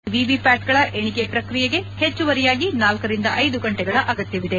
ಈ ವಿವಿಪ್ಟಾಟ್ ಗಳ ಎಣಿಕೆ ಪ್ರಕ್ರಿಯೆಗೆ ಹೆಚ್ಚುವರಿಯಾಗಿ ನಾಲ್ಕರಿಂದ ಐದು ಗಂಟೆಗಳ ಅಗತ್ವವಿದೆ